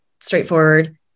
straightforward